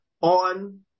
on